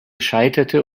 scheiterte